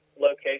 location